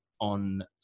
on